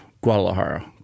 guadalajara